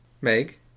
Meg